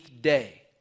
day